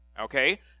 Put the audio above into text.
okay